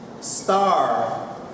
star